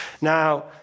Now